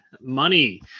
money